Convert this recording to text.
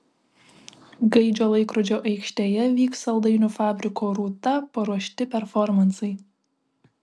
gaidžio laikrodžio aikštėje vyks saldainių fabriko rūta paruošti performansai